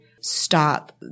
stop